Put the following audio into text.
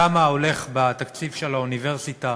כמה הולך בתקציב האוניברסיטה